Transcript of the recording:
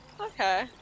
Okay